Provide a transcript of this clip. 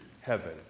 heaven